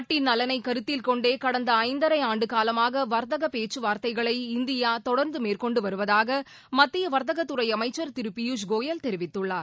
நாட்டின் நலனை கருத்தில் கொண்டே கடந்த ஐந்தரை ஆண்டு காலமாக வர்த்தக பேச்கவார்த்தைகளை இந்தியா தொடர்ந்து மேற்கொண்டு வருவதாக மத்திய வர்த்தகத்துறை அமைச்சர் திரு பியூஷ் கோயல் தெரிவித்துள்ளார்